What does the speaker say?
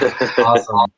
Awesome